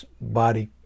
body